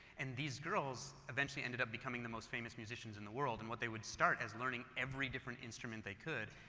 and these girls eventually ended up becoming the most famous musicians in the world. and what they would start as learning every different instrument they could.